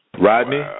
Rodney